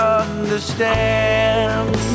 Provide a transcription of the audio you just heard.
understand